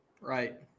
Right